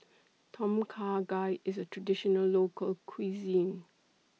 Tom Kha Gai IS A Traditional Local Cuisine